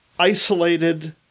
isolated